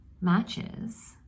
matches